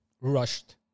rushed